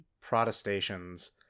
protestations